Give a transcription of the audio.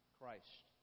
Christ